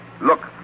Look